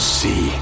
see